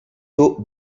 taux